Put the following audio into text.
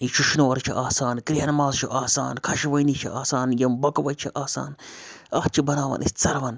یہِ شِشنور چھِ آسان کرٛہَن ماز چھُ آسان کھشوٲنِج چھِ آسان یِم بۄکوَچہٕ چھِ آسان اَتھ چھِ بَناوان أسۍ ژَروَن